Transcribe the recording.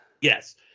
yes